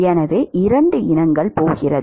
எனவே இரண்டு இனங்கள் போகிறது